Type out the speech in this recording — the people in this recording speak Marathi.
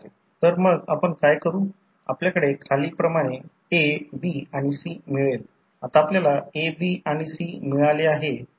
तर आता आपल्याला जे करायचे आहे ते म्हणजे आपल्याला एक इक्विवलेंट सर्किट बनवायचे आहे एकतर हे सर्व पॅरामीटर्स प्रायमरी साईडला आणायचे हा एक मार्ग आहे किंवा हे सर्व पॅरामीटर्स सेकंडरी साईडला आणायचे यापैकी एक करा